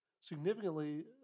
significantly